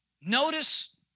Notice